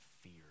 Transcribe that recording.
fear